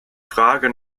frage